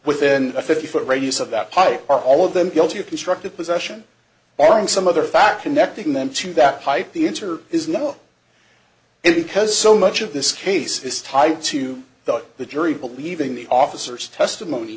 within a fifty foot radius of that pipe are all of them guilty of constructive possession or in some other fact connecting them to that pipe the answer is no it because so much of this case is tied to the jury believing the officers testimony